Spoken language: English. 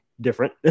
different